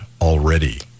already